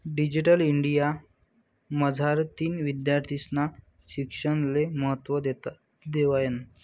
digital India मझारतीन विद्यार्थीस्ना शिक्षणले महत्त्व देवायनं